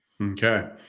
Okay